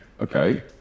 Okay